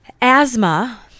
Asthma